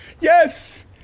Yes